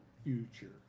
future